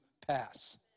pass